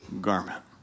Garment